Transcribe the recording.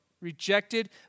Rejected